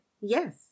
yes